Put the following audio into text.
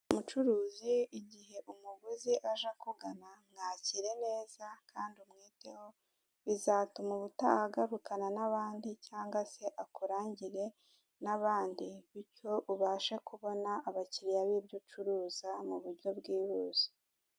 Mucuruzi igihe umuguzi aje akugana mwakire neza kandi umwiteho, bizatuma ubutaha agarukana n'abandi cyangwa se akurangire n'abandi bityo ubashe kubona abakiriya b'ibyo ucuruza mu buryo bwihuse.